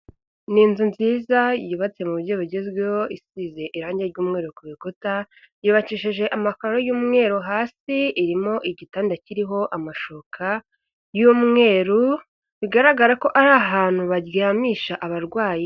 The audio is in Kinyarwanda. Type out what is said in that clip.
Ni inzu nziza yubatse mu buryo bugezweho isize irangi ry'umweru ku rukuta, yubakishije amakaro y'umweru hasi irimo igitanda kiriho amashuka y'umweru, bigaragara ko ari ahantu baryamisha abarwayi.